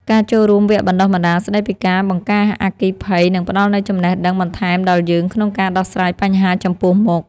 ការចូលរួមវគ្គបណ្តុះបណ្តាលស្តីពីការបង្ការអគ្គិភ័យនឹងផ្តល់នូវចំណេះដឹងបន្ថែមដល់យើងក្នុងការដោះស្រាយបញ្ហាចំពោះមុខ។